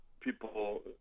people